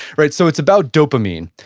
right. so, it's about dopamine.